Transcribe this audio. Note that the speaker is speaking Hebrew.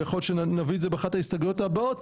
ויכול להיות שנביא את זה באחת ההסתייגויות הבאות,